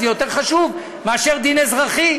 זה יותר חשוב מאשר דין אזרחי.